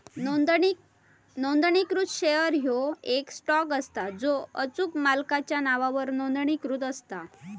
नोंदणीकृत शेअर ह्यो येक स्टॉक असता जो अचूक मालकाच्या नावावर नोंदणीकृत असता